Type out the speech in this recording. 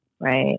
Right